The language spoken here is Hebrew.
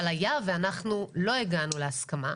אבל היה ואנחנו לא הגענו להסכמה,